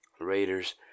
Raiders